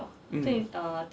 mm